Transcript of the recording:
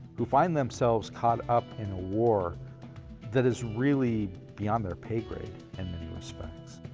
who find themselves caught up in a war that is really beyond their pay grade in many respects.